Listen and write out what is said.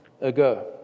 ago